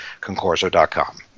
concorso.com